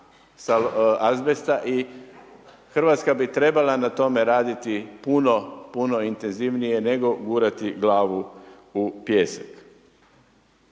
Hrvatska bi trebala na tome raditi puno, puno intenzivnije nego gurati glavu u pijesak.